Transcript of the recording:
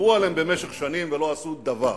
דיברו עליהם במשך שנים ולא עשו דבר.